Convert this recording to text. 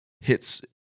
hits